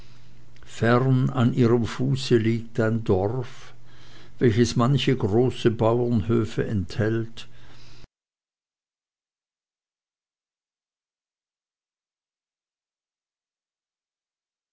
fern an ihrem fuße liegt ein dorf welches manche große bauernhöfe enthält